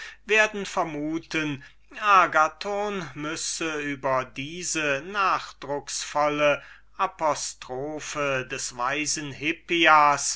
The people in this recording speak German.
werden agathon müsse über diese nachdrucksvolle apostrophe des weisen hippias